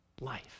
life